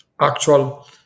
actual